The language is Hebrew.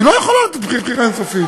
היא לא יכולה לתת בחירה אין-סופית.